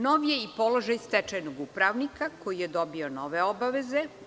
Nov je i položaj stečajnog upravnika, koji je dobio nove obaveze.